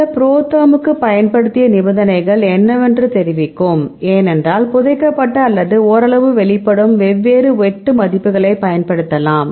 இந்த ProTherm க்கு பயன்படுத்திய நிபந்தனைகள் என்னவென்று தெரிவிக்கும் ஏனென்றால் புதைக்கப்பட்ட அல்லது ஓரளவு வெளிப்படும் வெவ்வேறு வெட்டு மதிப்புகளைப் பயன்படுத்தலாம்